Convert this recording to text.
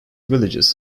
villages